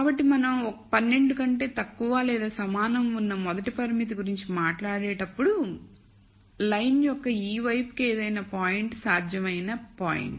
కాబట్టి మనం 12 కంటే తక్కువ లేదా సమానం ఉన్న మొదటి పరిమితి గురించి మాట్లాడేటప్పుడు అప్పుడు లైన్ యొక్క ఈ వైపుకు ఏదైనా పాయింట్ సాధ్యమయ్యే పాయింట్